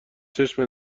چشم